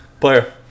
player